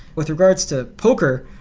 with regards to poker,